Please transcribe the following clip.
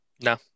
No